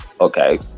Okay